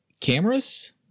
cameras